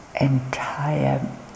entire